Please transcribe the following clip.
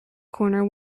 corner